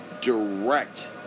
direct